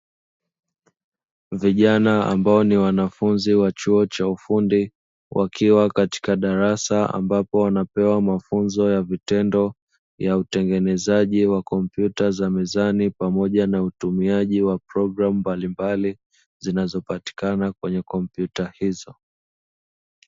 Vijana ambao ni wanafunzi wa chuo cha ufundi wakiwa katika darasa ambapo wanapewa mafunzo ya vitendo ya utengenezaji wa kompyuta za mezani, pamoja na utumiaji wa programu mbalimbali zinazopatikana kwenye kompyuta hizo.